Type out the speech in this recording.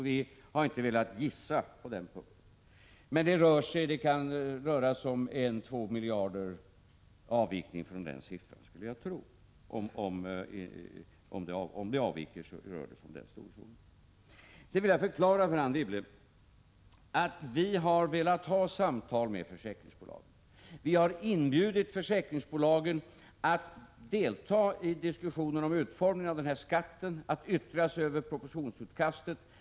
Vi har inte velat gissa på den punkten. Men jag skulle tro att det kan röra sig om en avvikelse från denna siffra med en 2 miljarder. Om det avviker, kommer det att hålla sig inom denna storleksordning. Jag vill förklara för Anne Wibble att vi har velat ha samtal med försäkringsbolagen. Vi har inbjudit bolagen att delta i diskussioner om utformningen av denna skatt och att yttra sig över utkastet till propositionen.